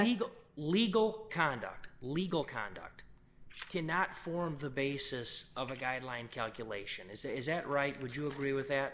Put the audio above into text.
yes legal conduct legal conduct cannot form the basis of a guideline calculation is is that right would you agree with that